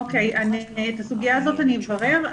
אוקיי, את הסוגיה הזאת אני אברר.